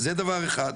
זה דבר אחד.